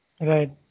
right